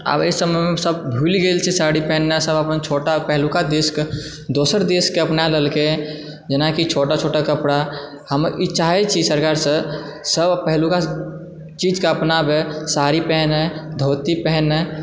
आब एहि समयमे सब भुलि गेल छै साड़ी पहिरनाइ सभ अपन छोटा पहिलुका देशके दोसर देशकऽ अपनाय लेलकय जेनाकि छोटा छोटा कपड़ा हम ई चाहैत छियै सरकारसँ सभ पहिलुका चीजकऽ अपनाबय साड़ी पहिरय धोती पहिरय